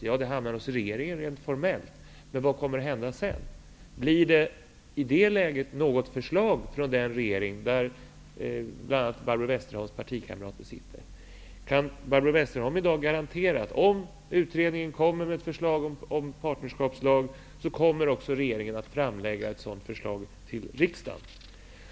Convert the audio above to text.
Jo, det hamnar hos regeringen rent formellt, men vad kommer att hända sedan? Blir det i det läget något förslag från den regering där bl.a. Barbro Kan Barbro Westerholm i dag garantera att om utredningen kommer med ett förslag om partnerskapslag så kommer också regeringen att lägga fram ett sådant förslag för riksdagen?